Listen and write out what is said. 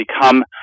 become